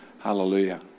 Hallelujah